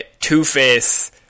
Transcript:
Two-Face